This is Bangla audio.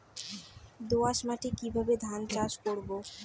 দোয়াস মাটি কিভাবে ধান চাষ করব?